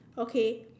okay